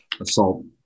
assault